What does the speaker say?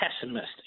pessimistic